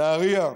נהריה,